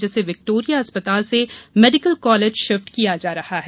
जिसे विक्टोरिया अस्पताल से मेडिकल कॉलेज शिफ्ट किया जा रहा है